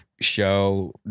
show